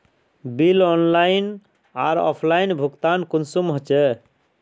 Bill online आर offline भुगतान कुंसम होचे?